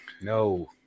no